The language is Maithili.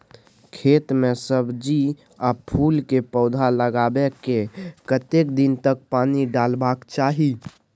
खेत मे सब्जी आ फूल के पौधा लगाबै के कतेक दिन तक पानी डालबाक चाही?